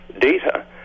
data